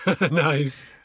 Nice